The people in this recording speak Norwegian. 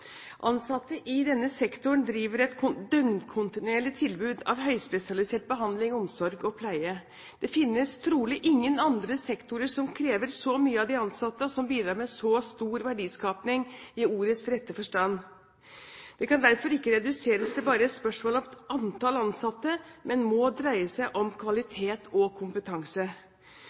Ansatte i denne sektoren driver et døgnkontinuerlig tilbud av høyspesialisert behandling, omsorg og pleie. Det finnes trolig ingen andre sektorer som krever så mye av de ansatte, og som bidrar med så stor verdiskaping i ordets rette forstand. Det kan derfor ikke reduseres til bare et spørsmål om antall ansatte, men må dreie seg om kvalitet og kompetanse.